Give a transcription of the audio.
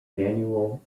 manual